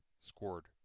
scored